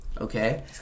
Okay